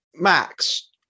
Max